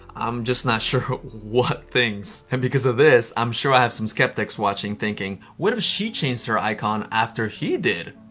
i'm just not sure what things. and because of this, i'm sure i have some skeptics watching thinking, what if she changed her icon after he did?